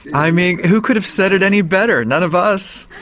i mean who could have said it any better? none of us!